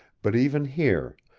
but even here,